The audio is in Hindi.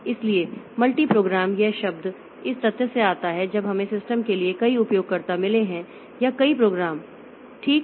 इसलिए मल्टी प्रोग्राम यह शब्द इस तथ्य से आता है जब हमें सिस्टम के लिए कई उपयोगकर्ता मिले हैं या कई प्रोग्राम ठीक